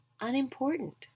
unimportant